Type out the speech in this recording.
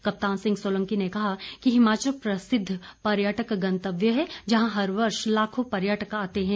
कप्तान सिंह सोलंकी ने कहा कि हिमाचल प्रसिद्व पर्यटक गंतव्य है जहां हर वर्ष लाखों पर्यटक आते हैं